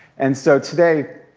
and so today